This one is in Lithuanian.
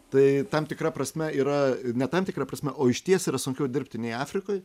tai tam tikra prasme yra ne tam tikra prasme o išties yra sunkiau dirbti nei afrikoj